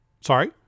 Sorry